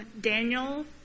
Daniel